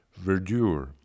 verdure